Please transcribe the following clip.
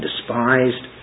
Despised